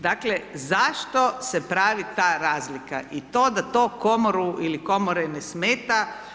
Dakle, zašto se pravi ta razlika i to da to Komoru ili Komore ne smeta?